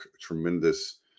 tremendous